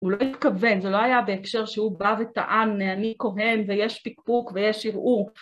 הוא לא התכוון, זה לא היה בהקשר שהוא בא וטען, אני כהן ויש פיקפוק ויש ערעור.